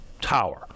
tower